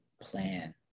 plan